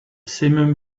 simum